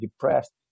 depressed